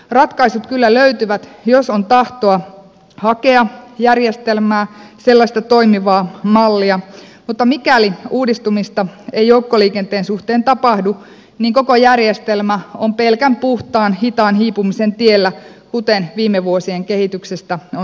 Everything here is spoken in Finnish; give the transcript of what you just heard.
ratkaisut kyllä löytyvät jos on tahtoa hakea järjestelmää sellaista toimivaa mallia mutta mikäli uudistumista ei joukkoliikenteen suhteen tapahdu niin koko järjestelmä on pelkän puhtaan hitaan hiipumisen tiellä kuten viime vuosien kehityksestä on selvästi nähty